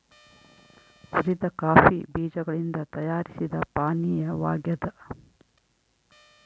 ಹುರಿದ ಕಾಫಿ ಬೀಜಗಳಿಂದ ತಯಾರಿಸಿದ ಪಾನೀಯವಾಗ್ಯದ